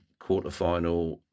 quarterfinal